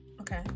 okay